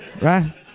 Right